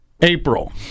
april